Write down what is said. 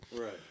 Right